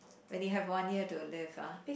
when you have one year to live ah